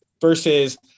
versus